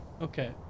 Okay